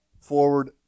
forward